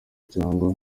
cyangwa